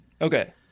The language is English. Okay